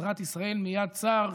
עזרת ישראל מיד צר,